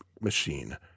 machine